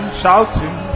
shouting